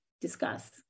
discuss